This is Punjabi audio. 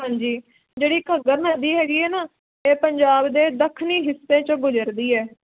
ਹਾਂਜੀ ਜਿਹੜੀ ਘੱਗਰ ਨਦੀ ਹੈਗੀ ਹੈ ਨਾ ਇਹ ਪੰਜਾਬ ਦੇ ਦੱਖਣੀ ਹਿੱਸੇ 'ਚੋਂ ਗੁਜ਼ਰਦੀ ਹੈ